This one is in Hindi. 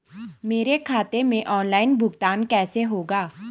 मेरे खाते में ऑनलाइन भुगतान कैसे होगा?